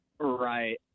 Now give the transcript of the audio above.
Right